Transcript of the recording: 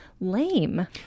lame